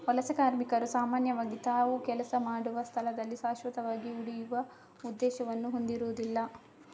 ವಲಸೆ ಕಾರ್ಮಿಕರು ಸಾಮಾನ್ಯವಾಗಿ ತಾವು ಕೆಲಸ ಮಾಡುವ ಸ್ಥಳದಲ್ಲಿ ಶಾಶ್ವತವಾಗಿ ಉಳಿಯುವ ಉದ್ದೇಶವನ್ನು ಹೊಂದಿರುದಿಲ್ಲ